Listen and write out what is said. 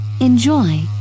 enjoy